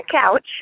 couch